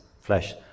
flesh